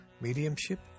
mediumship